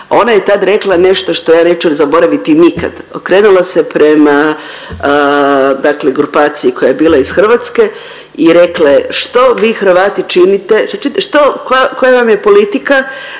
Ona je tad rekla nešto što ja neću zaboraviti nikad. Okrenula se prema, dakle grupaciji koja je bila iz Hrvatske i rekla je što vi Hrvati činite, što, koja vam je politika